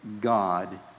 God